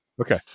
Okay